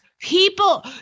people